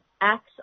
acts